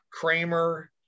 Kramer